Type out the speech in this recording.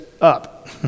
up